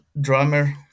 drummer